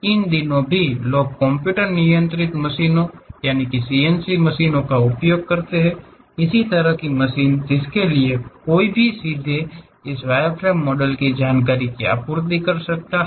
इन दिनों भी लोग कंप्यूटर नियंत्रित मशीनों सीएनसी मशीनों का उपयोग करते हैं इस तरह की मशीनें जिसके लिए कोई भी सीधे इस वाइर फ्रेम मॉडल की जानकारी की आपूर्ति कर सकता है